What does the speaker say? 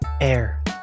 air